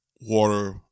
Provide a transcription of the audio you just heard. water